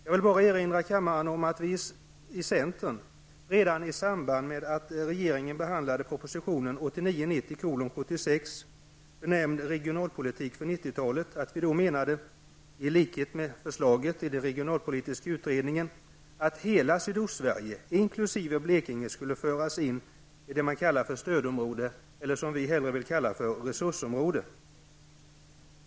Jag vill emellertid erinra kammaren om att vi i centern redan i samband med riksdagens behandling av proposition 1989/90:76, stödområde, som vi hellre vill kalla resursområde.